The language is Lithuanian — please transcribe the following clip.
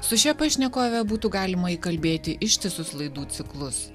su šia pašnekove būtų galima įkalbėti ištisus laidų ciklus